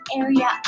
area